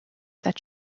that